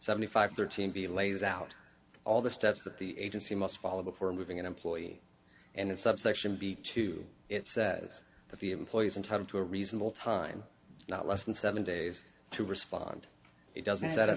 seventy five thirteen b lays out all the steps that the agency must follow before moving an employee and subsection b to it says that the employee's in time to a reasonable time not less than seven days to respond it doesn't s